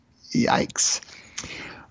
Yikes